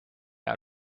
out